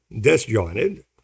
disjointed